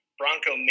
Bronco